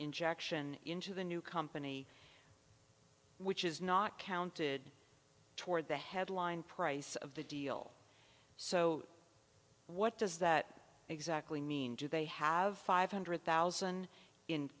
injection into the new company which is not counted toward the headline price of the deal so what does that exactly mean do they have five hundred thousand in